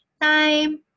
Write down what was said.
time